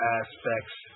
aspects